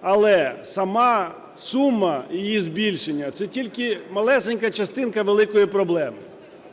Але сама сума, її збільшення – це тільки малесенька частинка великої проблеми.